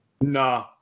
nah